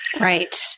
Right